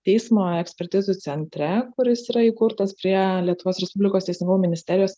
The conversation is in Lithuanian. teismo ekspertizių centre kuris yra įkurtas prie lietuvos respublikos teisingumo ministerijos